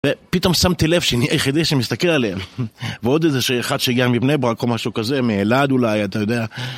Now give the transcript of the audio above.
ופתאום שמתי לב שאני היחידי שמסתכל עליהם ועוד איזשהו אחד שהגיע מבני ברק, משהו כזה, מאלעד אולי, אתה יודע